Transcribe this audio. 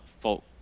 fault